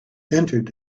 entered